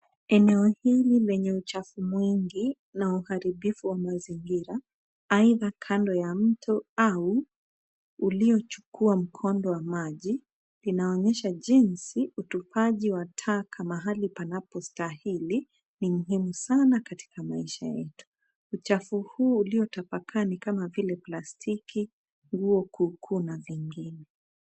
Eneo hili lenye uchafu mwingi na uharibifu wa mazingira, aidha kando ya mto au uliochukua mkondo wa maji inaonyesha jinsi utupaji wa taka mahali panapo stahili ni muhimu sana katika maisha yetu. Uchafu huu uliotapakaa ni kama vile plastiki, nguo kuukuu na vingine.